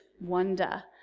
wonder